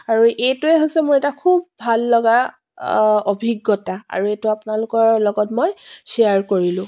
আৰু এইটোৱে হৈছে মোৰ এটা খুব ভাল লগা অভিজ্ঞতা আৰু এইটো আপোনালোকৰ লগত মই শ্বেয়াৰ কৰিলোঁ